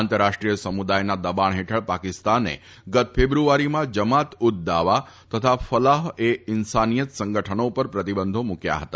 આંતરરાષ્ટ્રીય સમુદાયના દબાણ હેઠળ પાકિસ્તાને ગત ફેબ્રુઆરીમાં જમાત ઉદ દાવા તથા ફલાહ એ ઇન્સાનીયત સંગઠનનો ઉપર પ્રતિબંધ મૂક્યા હતા